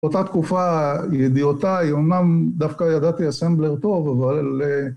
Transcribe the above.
אותה תקופה, ידיעותיי, אומנם דווקא ידעתי אסמבלר טוב, אבל...